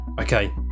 okay